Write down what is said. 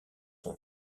son